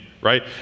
right